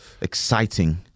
exciting